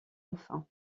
enfin